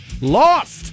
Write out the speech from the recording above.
Lost